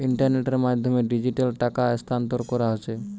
ইন্টারনেটের মাধ্যমে ডিজিটালি টাকা স্থানান্তর কোরা হচ্ছে